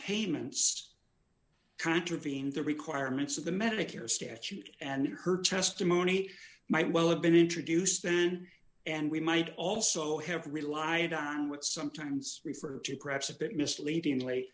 payments contravening the requirements of the medicare statute and her testimony might well have been introduced then and we might also have relied on what sometimes referred to craps a bit misleading